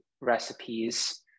recipes